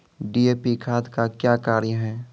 DAP खाद का क्या कार्य हैं?